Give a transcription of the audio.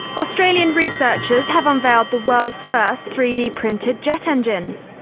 australian researchers have unveiled the world's first three d printing jet engines.